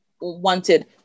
wanted